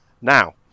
now